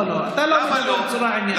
לא, לא, אתה לא מדבר בצורה עניינית.